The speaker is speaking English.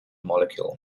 molecule